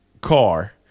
car